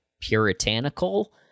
puritanical